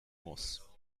muss